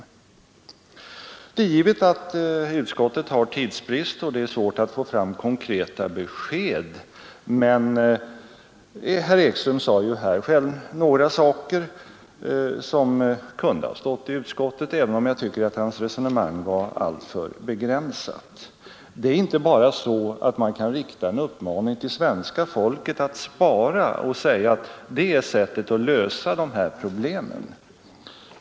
politiska åtgärder Det är tydligt att utskottet har arbetat under tidsbrist och att det är svårt att få några konkreta besked, men herr Ekström sade själv några saker som kunde ha stått i utskottets betänkande, även om jag tycker att hans resonemang var alltför begränsat. Man kan inte bara rikta en uppmaning till svenska folket att spara och säga att det är sättet att lösa dessa problem på.